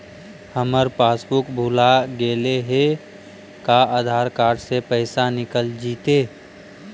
हमर पासबुक भुला गेले हे का आधार कार्ड से पैसा निकल जितै?